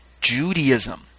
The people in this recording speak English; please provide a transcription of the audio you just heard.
Judaism